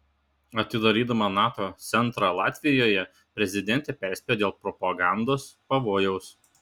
atidarydama nato centrą latvijoje prezidentė perspėjo dėl propagandos pavojaus